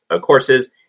courses